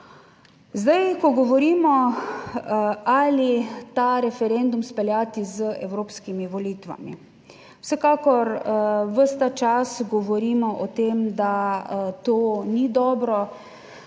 Zdaj, ko govorimo, ali ta referendum izpeljati z evropskimi volitvami, vsekakor ves ta čas govorimo o tem, **59. TRAK: